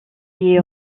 est